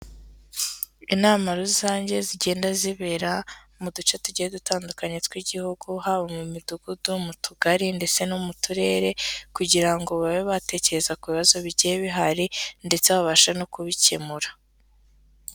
Inama rusange zigenda zibera mu duce tugiye dutandukanye tw'igihugu, haba mu Midugudu, mu Tugari ndetse no mu Turere kugira ngo babe batekereza ku bibazo bigiye bihari ndetse babashe no kubikemura.